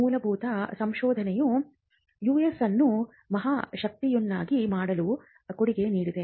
ಮೂಲಭೂತ ಸಂಶೋಧನೆಯು ಯುಎಸ್ ಅನ್ನು ಮಹಾಶಕ್ತಿಯನ್ನಾಗಿ ಮಾಡಲು ಕೊಡುಗೆ ನೀಡಿದೆ